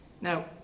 Now